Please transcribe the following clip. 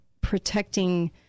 protecting